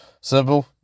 Simple